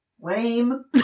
Lame